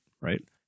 right